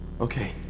Okay